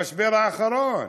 במשבר האחרון.